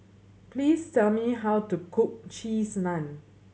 please tell me how to cook Cheese Naan